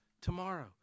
tomorrow